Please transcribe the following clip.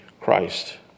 christ